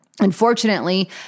Unfortunately